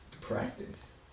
practice